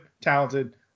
talented